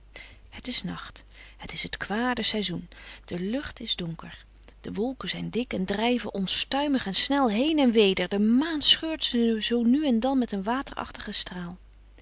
het is nacht het is het kwade seizoen de lucht is donker de wolken zijn dik en drijven onstuimig en snel heen en weder de maan scheurt ze nu en dan met een waterachtigen straal